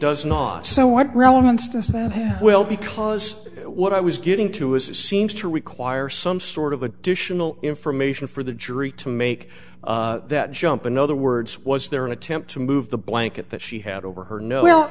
does not so what relevance does that well because what i was getting to is it seems to require some sort of additional information for the jury to make that jump in other words was there an attempt to move the blanket that she had over her know well